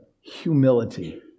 humility